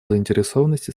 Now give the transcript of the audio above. заинтересованность